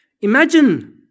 Imagine